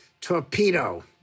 torpedo